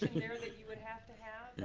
there that you would have to have.